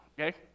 okay